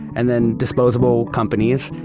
and then disposable companies,